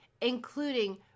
including